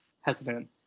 hesitant